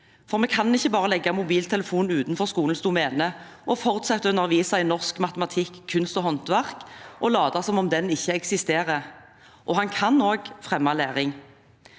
Vi kan ikke bare legge mobiltelefonen utenfor skolens domene og fortsette å undervise i norsk, matematikk og kunst og håndverk og late som om den ikke eksisterer. Den kan også fremme læring.